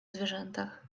zwierzętach